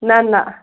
نہَ نہَ